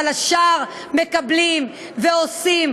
אבל השאר מקבלים ועושים,